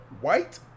white